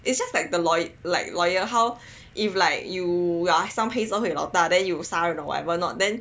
it is just like the lawyer like lawyer how if like you are some 黑社会老大 then you 杀人 or whatever not then